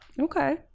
Okay